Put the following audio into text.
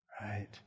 Right